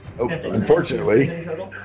unfortunately